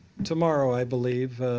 tomorrow, i believe,